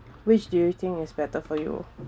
which do you think is better for you